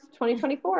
2024